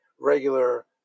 regular